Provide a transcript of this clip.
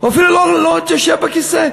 הוא אפילו לא התיישב על הכיסא,